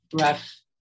rough